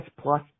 plus